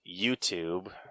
YouTube